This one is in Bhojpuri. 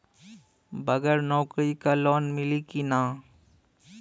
बगर नौकरी क लोन मिली कि ना?